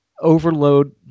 overload